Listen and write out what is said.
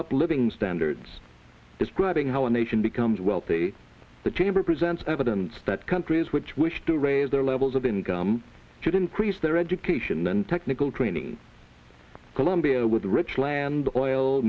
up living standards describing how a nation becomes wealthy the chamber presents evidence that countries which wish to raise their levels of income should increase their education and technical training columbia with the rich land o